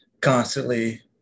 constantly